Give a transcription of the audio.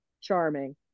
charming